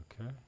Okay